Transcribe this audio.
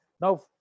now